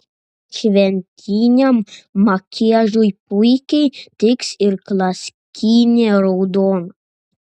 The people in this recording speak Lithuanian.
šventiniam makiažui puikiai tiks ir klasikinė raudona